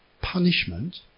punishment